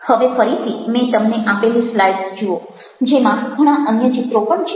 હવે ફરીથી મેં તમને આપેલી સ્લાઈડ્સ જુઓ જેમાં ઘણા અન્ય ચિત્રો પણ છે